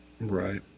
right